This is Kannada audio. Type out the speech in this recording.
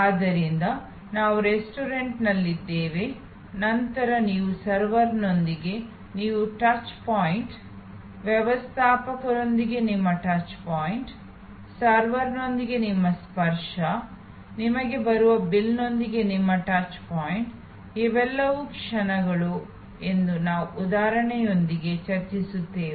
ಆದ್ದರಿಂದ ನಾವು ರೆಸ್ಟೋರೆಂಟ್ನಲ್ಲಿದ್ದೇವೆ ನಂತರ ನೀವು ಸರ್ವರ್ನೊಂದಿಗೆ ನಿಮ್ಮ ಟಚ್ ಪಾಯಿಂಟ್ ವ್ಯವಸ್ಥಾಪಕರೊಂದಿಗೆ ನಿಮ್ಮ ಟಚ್ ಪಾಯಿಂಟ್ ಸರ್ವರ್ನೊಂದಿಗೆ ನಿಮ್ಮ ಸ್ಪರ್ಶ ನಿಮಗೆ ಬರುವ ಬಿಲ್ನೊಂದಿಗೆ ನಿಮ್ಮ ಟಚ್ ಪಾಯಿಂಟ್ ಇವೆಲ್ಲವೂ ಕ್ಷಣಗಳು ಎಂದು ನಾವು ಉದಾಹರಣೆಯೊಂದಿಗೆ ಚರ್ಚಿಸುತ್ತೇವೆ